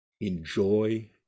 enjoy